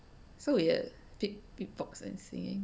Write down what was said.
so weird be~ beat box and sing